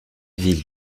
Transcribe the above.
villes